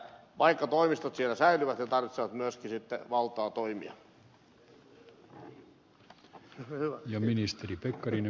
vaikka toimistot siellä säilyvät ne tarvitsevat myöskin sitten valtaa toimia